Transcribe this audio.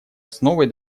основой